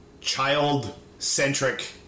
child-centric